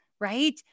Right